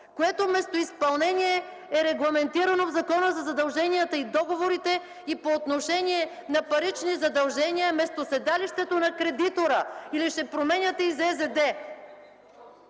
Местоизпълнението е регламентирано в Закона за задълженията и договорите и по отношение на парични задължения – местоседалището на кредитора. Или ще променяте и